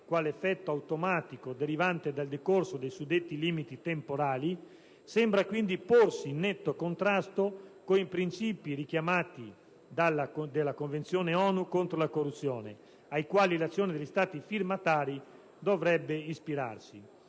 quale effetto automatico derivante dal decorso dei suddetti limiti temporali, sembra quindi porsi in netto contrasto con i principi sanciti dalla richiamata Convenzione ONU contro la corruzione ai quali l'azione degli Stati firmatari dovrebbe ispirarsi.